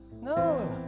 No